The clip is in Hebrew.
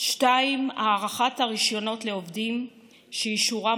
2. הארכת הרישיונות לעובדים שאישורם